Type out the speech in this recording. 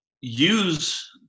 use